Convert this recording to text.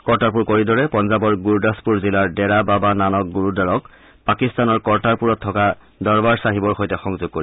কৰ্টাৰপুৰ কৰিডৰে পঞ্জাৱৰ গুৰদাসপুৰ জিলাৰ ডেৰা বাবা নানক গুৰুদ্বাৰক পাকিস্তানৰ কৰ্টাৰপূৰত থকা দৰবাৰ ছাহিবৰ সৈতে সংযোগ কৰিব